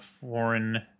foreign